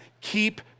Keep